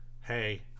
hey